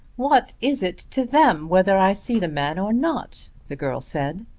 what is it to them whether i see the man or not? the girl said.